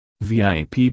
VIP